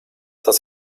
das